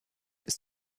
ist